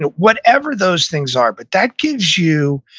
whatever those things are, but that gives you,